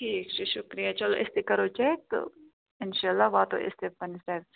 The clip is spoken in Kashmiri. ٹھیٖک چھُ شُکریہ چَلو أسۍ تہٕ کَرو چیٚک تہٕ اِنشااللہ واتو أسۍ تہِ پَنٕنِس